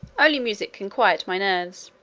only music can quiet my nerves.